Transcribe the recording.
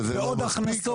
ועוד הכנסות.